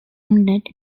ended